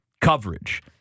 coverage